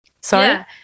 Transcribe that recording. sorry